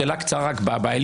11:22) שאלה קצרה רק בעליות.